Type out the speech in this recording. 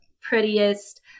prettiest